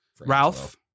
Ralph